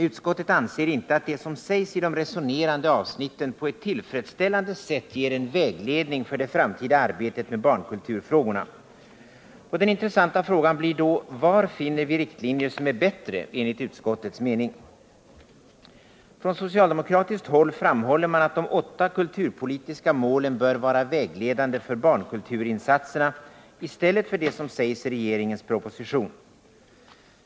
Utskottet anser inte att det som sägs i de resonerande avsnitten på ett tillfredsställande sätt ger en vägledning för det framtida arbetet med barnkulturfrågorna. Den intressanta frågan blir då: Var finner vi riktlinjer som är bättre enligt utskottets mening? Från socialdemokratiskt håll framhåller man att de åtta kulturpolitiska målen bör vara vägledande för barnkulturinsatserna i stället för det som sägs i regeringens proposition.